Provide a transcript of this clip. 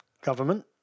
government